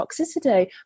toxicity